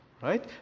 right